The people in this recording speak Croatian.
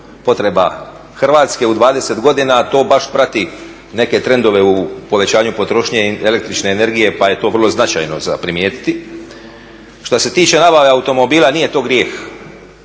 potreba Hrvatske u 20 godina, to baš prati neke trendove u povećanju potrošnje električne energije pa je to vrlo značajno za primjetiti. Što se tiče nabave automobila, nije to grijeh